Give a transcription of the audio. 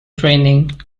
training